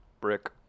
Brick